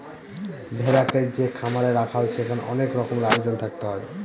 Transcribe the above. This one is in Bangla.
ভেড়াকে যে খামারে রাখা হয় সেখানে অনেক রকমের আয়োজন থাকতে হয়